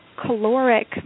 caloric